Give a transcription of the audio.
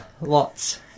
lots